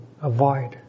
avoid